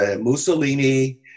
Mussolini-